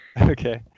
Okay